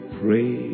pray